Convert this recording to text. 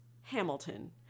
Hamilton